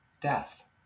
death